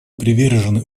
привержены